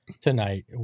tonight